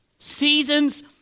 Seasons